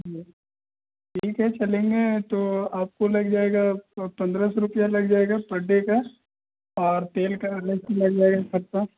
ठीक है चलेंगे तो आपको लग जाएगा पन्द्रह सौ रुपया लग जाएगा पर डे का और तेल का अलग से लग जाएगा खर्चा